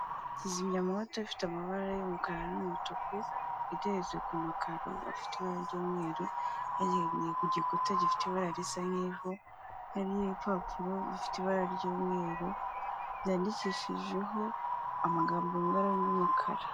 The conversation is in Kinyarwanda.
Kizimyamoto ifite amabara y'umukara n'umutuku iteretsee ku makaro afite ibara ry'umweru yagereye ku gikuta gifite ibara risa nk'ivu, hari ibipapuro bifite ibara ry'umweru yanyandikishijeho amagambo mu ibara ry'umukara.